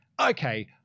okay